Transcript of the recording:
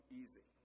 easy